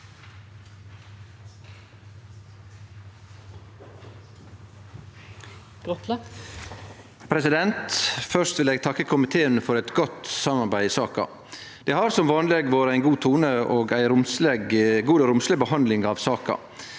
for saka): Først vil eg takke komiteen for eit godt samarbeid i saka. Det har som vanleg vore ein god tone og ei god og romsleg behandling av saka.